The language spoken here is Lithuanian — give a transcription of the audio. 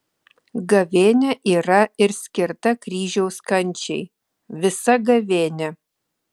gavėnia yra ir skirta kryžiaus kančiai visa gavėnia